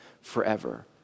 forever